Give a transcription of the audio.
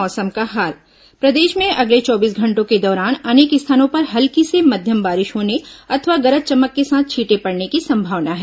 मौसम प्रदेश में अगले चौबीस घंटों के दौरान अनेक स्थानों पर हल्की से मध्यम बारिश होने अथवा गरज चमक के साथ छीटें पड़ने की संभावना है